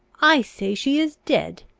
i say she is dead!